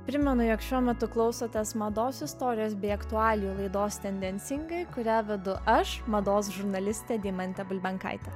primenu jog šiuo metu klausotės mados istorijos bei aktualijų laidos tendencingai kurią vedu aš mados žurnalistė deimantė bulbenkaitė